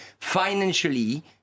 financially